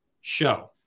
show